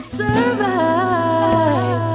survive